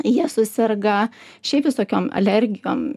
jie suserga šiaip visokiom alergijom